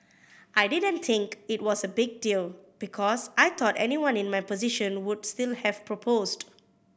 I didn't think it was a big deal because I thought anyone in my position would still have proposed